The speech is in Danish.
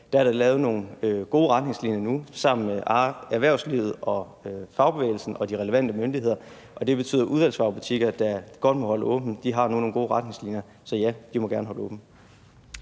er der lavet nogle gode retningslinjer nu sammen med erhvervslivet og fagbevægelsen og de relevante myndigheder. Og det betyder, at udvalgsvarebutikker, der godt må holde åbent, nu har nogle gode retningslinjer. Så ja, de må gerne holde åbent.